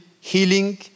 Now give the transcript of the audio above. healing